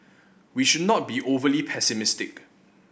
we should not be overly pessimistic